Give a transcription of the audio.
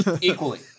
equally